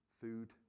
Food